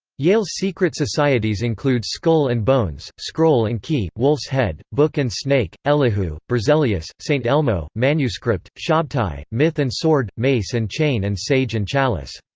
yale's secret societies include skull and bones, scroll and key, wolf's head, book and snake, elihu, berzelius, st. elmo, manuscript, shabtai, myth and sword, mace and chain and sage and chalice.